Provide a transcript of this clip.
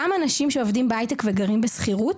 גם אנשים שעובדים בהייטק וגרים בשכירות,